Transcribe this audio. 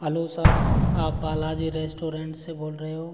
hello sir आप Balaji restaurant से बोल रहे हो